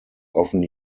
often